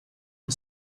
and